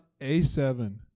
A7